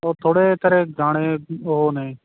ਉਹ ਥੋੜ੍ਹੇ ਤੇਰੇ ਗਾਣੇ ਉਹ ਨੇ